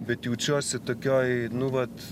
bet jaučiuosi tokioj nu vat